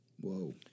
Whoa